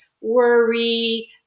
worry